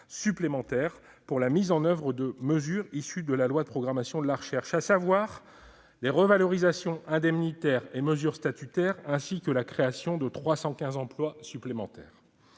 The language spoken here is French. supplémentaires pour la mise en oeuvre de mesures issues de la LPR, à savoir les revalorisations indemnitaires et mesures statutaires, ainsi que la création de 315 emplois supplémentaires.